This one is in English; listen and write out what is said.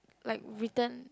like written